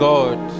God